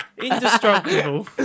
Indestructible